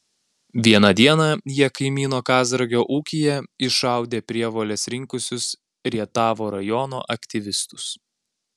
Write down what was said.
vieną dieną jie kaimyno kazragio ūkyje iššaudė prievoles rinkusius rietavo rajono aktyvistus